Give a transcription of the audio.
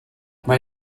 mae